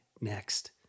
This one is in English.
next